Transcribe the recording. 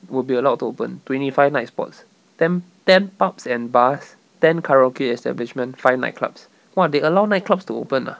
will be allowed to open twenty five night spots ten ten pubs and bars ten karaoke establishment five nightclubs !wah! they allow nightclubs to open ah